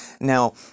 Now